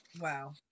Wow